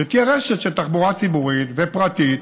ותהיה רשת של תחבורה ציבורית ופרטית,